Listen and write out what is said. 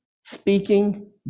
speaking